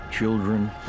Children